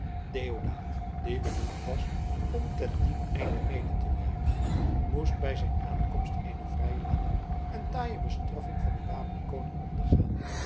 deodaat die benoemd was om te dien einde mede te werken moest bij zijn aankomst eene vrij lange en taaie bestraffing van den wapenkoning ondergaan